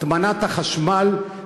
הטמנת כבלי